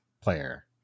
player